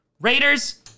Raiders